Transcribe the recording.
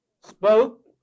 spoke